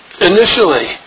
initially